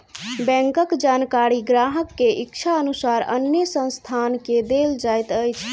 बैंकक जानकारी ग्राहक के इच्छा अनुसार अन्य संस्थान के देल जाइत अछि